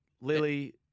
Lily